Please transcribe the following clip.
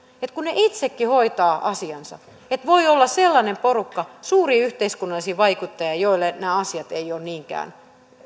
kun he itsekin hoitavat asiansa että voi olla sellainen porukka suuria yhteiskunnallisia vaikuttajia joille nämä asiat eivät ole niinkään